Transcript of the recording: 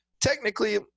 technically